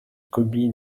commis